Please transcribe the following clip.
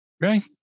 Right